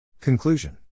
Conclusion